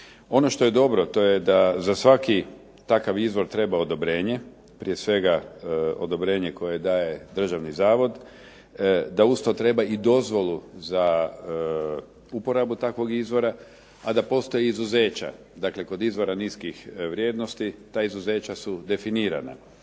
Ono što je dobro to je da za svaki takav izvor treba odobrenje, prije svega odobrenje koje daje državni zavod, da uz to treba i dozvolu za uporabu takvih izvora, a da postoje izuzeća. Dakle, kod izvora niskih vrijednosti ta izuzeća su definirana.